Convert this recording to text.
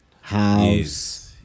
house